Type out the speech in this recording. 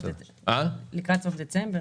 לקראת סוף דצמבר?